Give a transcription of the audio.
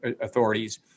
authorities